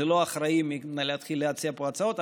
זה לא אחראי להתחיל להציע פה הצעות,